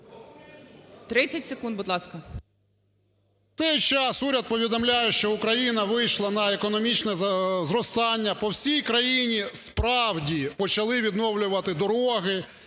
30 секунд, будь ласка. ГУСАК В.Г. В цей час уряд повідомляє, що Україна вийшла на економічне зростання. По всій країні справді почали відновлювати дороги.